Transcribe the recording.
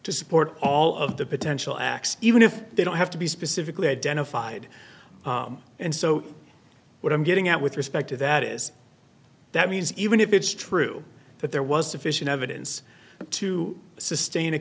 to support all of the potential acts even if they don't have to be specifically identified and so what i'm getting at with respect to that is that means even if it's true that there was sufficient evidence to sustain a